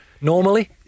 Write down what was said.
normally